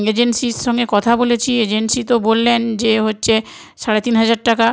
এজেন্সির সঙ্গে কথা বলেছি এজেন্সি তো বললেন যে হচ্ছে সাড়ে তিন হাজার টাকা